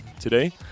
today